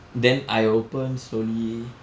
then I open slowly